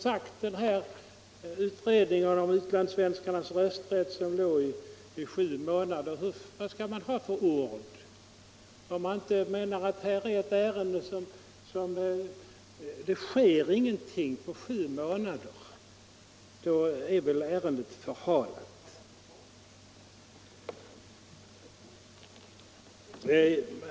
Ta t.ex. utredningen om utlandssvenskarnas rösträtt vilken, som jag tidigare nämnt, låg nere i sju månader! Vad skall man använda för ord, om man vill beskriva ett ärende, där det inte sker någonting på sju månader? Då är väl ärendet förhalat.